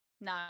no